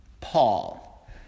Paul